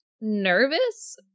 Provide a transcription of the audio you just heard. nervous